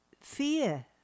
fear